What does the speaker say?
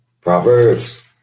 Proverbs